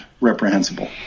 reprehensible